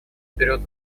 берет